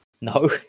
No